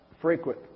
frequent